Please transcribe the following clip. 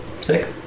Sick